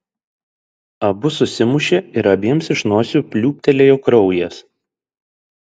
abu susimušė ir abiems iš nosių pliūptelėjo kraujas